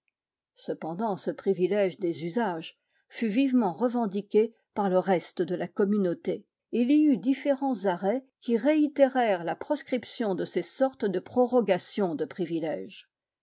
cependant ce privilège des usages fut vivement revendiqué par le reste de la communauté et il y eut différents arrêts qui réitérèrent la proscription de ces sortes de prorogations de privilèges